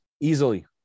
Easily